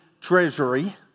treasury